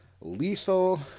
Lethal